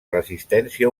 resistència